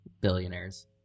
billionaires